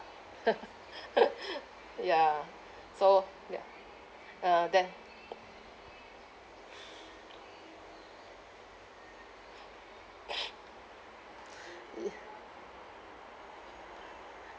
ya so ya ah there